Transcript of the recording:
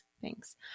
thanks